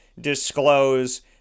disclose